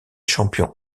champion